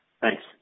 Thanks